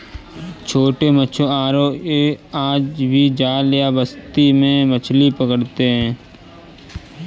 छोटे मछुआरे आज भी जाल या बंसी से मछली पकड़ते हैं